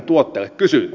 eikö näin